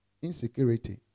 Insecurity